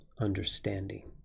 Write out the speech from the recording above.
understanding